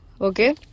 Okay